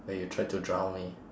when you tried to drown me